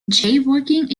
jaywalking